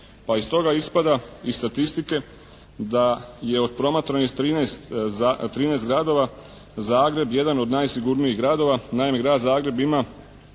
Pa iz toga ispada, iz statistike da je od promatranih 13 gradova Zagreb jedan od najsigurnijih gradova. Naime, grad Zagreb ima